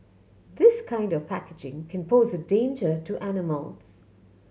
this kind of packaging can pose a danger to animals